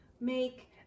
make